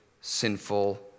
sinful